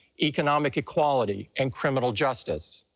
economic equality and criminal justice.